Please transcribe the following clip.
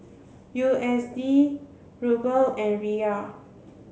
U S D Ruble and Riyal